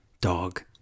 dog